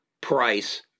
price